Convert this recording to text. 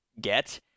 get